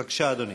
בבקשה, אדוני.